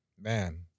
man